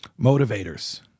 motivators